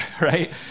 right